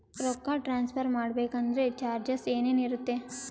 ರೊಕ್ಕ ಟ್ರಾನ್ಸ್ಫರ್ ಮಾಡಬೇಕೆಂದರೆ ಚಾರ್ಜಸ್ ಏನೇನಿರುತ್ತದೆ?